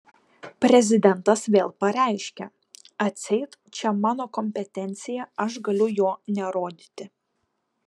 prezidentas vėl pareiškia atseit čia mano kompetencija aš galiu jo nerodyti